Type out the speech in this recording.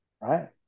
right